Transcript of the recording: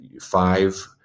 five